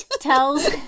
tells